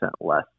less